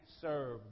serve